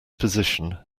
position